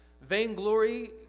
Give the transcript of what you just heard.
Vainglory